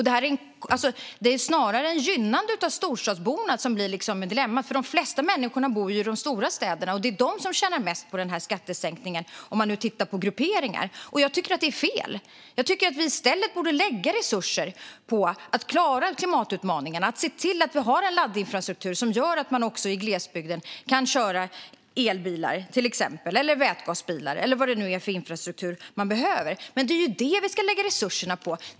Det är snarare ett gynnande av storstadsborna som blir dilemmat - de flesta människor bor ju i de stora städerna, och det är de som tjänar mest på skattesänkningen, om man nu tittar på grupperingar. Jag tycker att detta är fel. Jag tycker att vi i stället borde lägga resurser på att klara klimatutmaningen och se till att vi har en laddinfrastruktur som gör att man även i glesbygden kan köra till exempel elbilar, vätgasbilar eller vad det nu är för infrastruktur man behöver. Det är ju det vi ska lägga resurserna på.